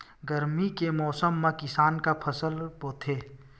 गरमी के मौसम मा किसान का फसल बोथे?